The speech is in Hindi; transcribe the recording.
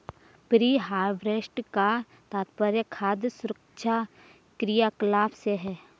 प्री हार्वेस्ट का तात्पर्य खाद्य सुरक्षा क्रियाकलाप से है